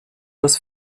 das